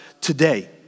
today